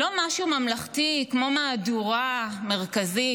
לא משהו ממלכתי כמו מהדורה מרכזית,